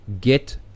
Get